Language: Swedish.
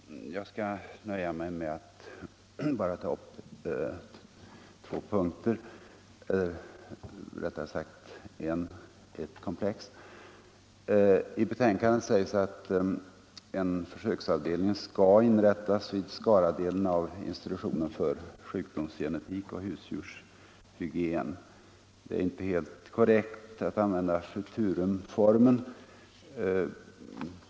Herr talman! Jag skall nöja mig med att bara ta upp två punkter — forskning eller rättare sagt ett komplex. I betänkandet sägs att en försöksavdelning skall inrättas vid Skaradelen av institutionen för sjukdomsgenetik och husdjurshygien. Det är inte helt korrekt att använda futurumformen.